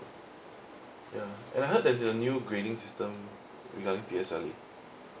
ya ya I heard there's a new grading system regarding P_S_L_E